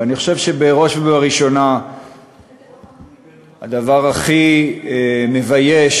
ואני חושב שבראש ובראשונה הדבר הכי מבייש